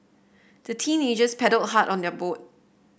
the teenagers paddled hard on their boat